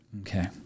Okay